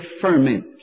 ferment